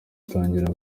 batangira